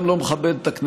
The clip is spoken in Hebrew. גם לא מכבדת את הכנסת